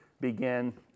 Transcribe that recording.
begin